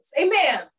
Amen